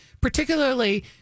Particularly